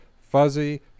fuzzy